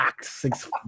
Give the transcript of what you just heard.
six